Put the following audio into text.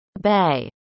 bay